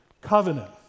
covenant